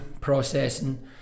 processing